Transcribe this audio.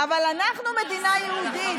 אבל אנחנו מדינה יהודית,